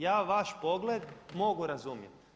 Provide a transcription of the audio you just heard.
Ja vaš pogled mogu razumjeti.